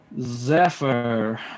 Zephyr